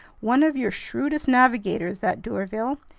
one of your shrewdest navigators, that d'urville!